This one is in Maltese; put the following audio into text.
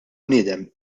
bniedem